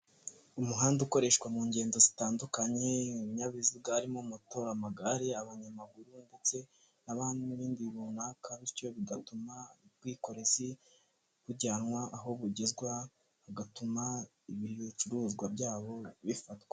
Umuhanda ukoreshwa mu ngendo zitandukanye, ibinyabiziga harimo motora, amagare, abanyamaguru, ndetse n'ibindi runaka bityo, bigatuma ubwikorezi bujyanwa aho bugezwa, bigatuma ibicuruzwa byabo bifatwa.